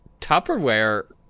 Tupperware